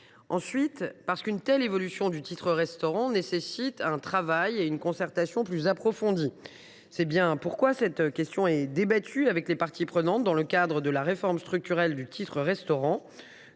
Ensuite, parce qu’une telle évolution du titre restaurant nécessite un travail et une concertation plus approfondis. C’est pourquoi cette question est débattue avec les parties prenantes, dans le cadre de la réforme structurelle du titre restaurant